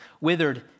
withered